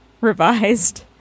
revised